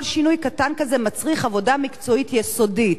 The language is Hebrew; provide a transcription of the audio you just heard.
כל שינוי קטן כזה מצריך עבודה מקצועית יסודית.